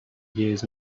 years